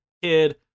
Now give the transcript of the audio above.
kid